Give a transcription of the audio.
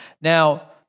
Now